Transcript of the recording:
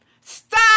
Stop